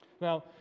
Now